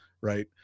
right